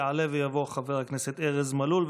יעלה ויבוא חבר הכנסת ארז מלול,